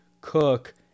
Cook